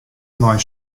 mei